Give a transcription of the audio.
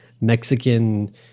Mexican